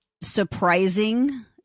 surprising